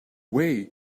way